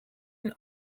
une